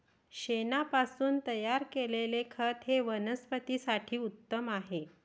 शेणापासून तयार केलेले खत हे वनस्पतीं साठी उत्तम आहे